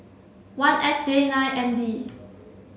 one F J nine N D